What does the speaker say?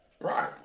Right